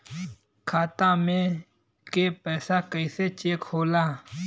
खाता में के पैसा कैसे चेक होला?